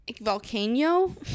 volcano